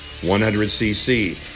100cc